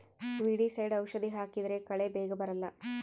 weedicide ಔಷಧಿ ಹಾಕಿದ್ರೆ ಕಳೆ ಬೇಗ ಬರಲ್ಲ